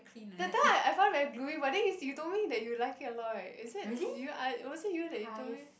that time I I find it very gluey but then s~ you told me that you like it a lot right is it you I was it you that you told me